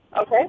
Okay